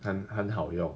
很很好用